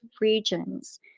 regions